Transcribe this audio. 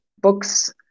books